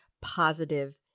positive